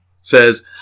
says